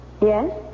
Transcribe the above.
yes